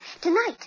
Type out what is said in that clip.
Tonight